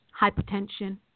Hypertension